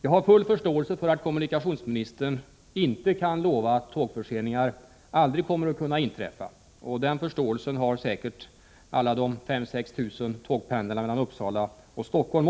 Jag har full förståelse för att kommunikationsministern inte kan lova att tågförseningar aldrig kommer att kunna inträffa, och samma förståelse har säkert alla de 5 000-6 000 tågpendlarna mellan Uppsala och Stockholm.